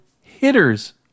hitter's